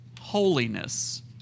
holiness